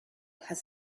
has